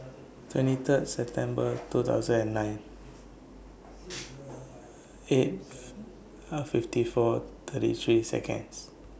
twenty Third September two thousand and nine eighth fifty four thirty three Seconds